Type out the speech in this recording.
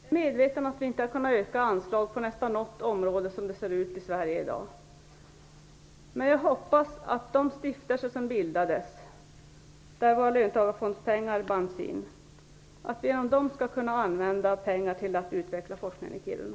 Herr talman! Jag är medveten om att vi inte har kunnat öka anslag på nästan något område som det ser ut i Sverige i dag. Men jag hoppas att de stiftelser som bildades, där våra löntagarfondspengar bands in, skall kunna använda pengar till att utveckla forskning i Kiruna.